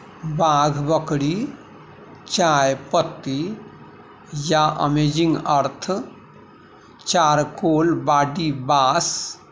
बाघबकरी चायपत्ती या amazing earth charcoal body wash